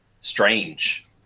strange